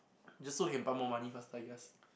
just so he can buy more money first my guess